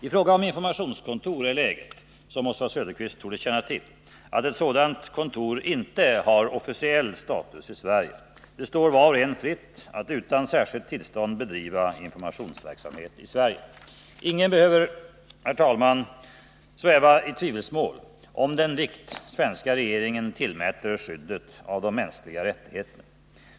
I fråga om informationskontor är läget det, som Oswald Söderqvist torde känna till, att ett sådant kontor inte har officiell status i Sverige. Det står var och en fritt att utan särskilt tillstånd bedriva informationsverksamhet i Sverige. Ingen behöver sväva i tvivelsmål om den vikt svenska regeringen tillmäter skyddet av de mänskliga rättigheterna.